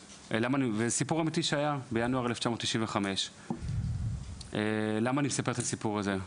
זה סיפור אמיתי שהיה בינואר 1995. למה אני מספר את הסיפור הזה?